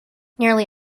nearly